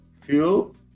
fuel